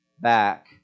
back